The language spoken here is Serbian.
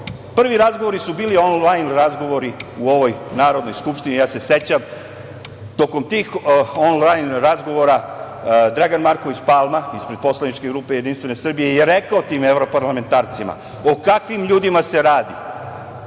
to. Prvi razgovori su bili onlajn razgovori u ovoj Narodnoj skupštini. Ja se sećam da je tokom tih onlajn razgovora Dragan Marković Palma ispred poslaničke grupe Jedinstvene Srbije rekao tim evroparlamentarcima o kakvim ljudima se radi.